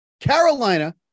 Carolina